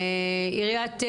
לא,